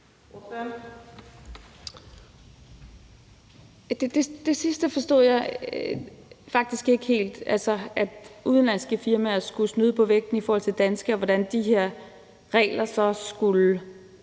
Det sidste forstod jeg faktisk ikke helt, altså at udenlandske firmaer skulle snyde på vægten i forhold til danske, og hvordan de her regler så skulle